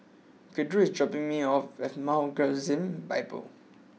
Gertrude is dropping me off at Mount Gerizim Bible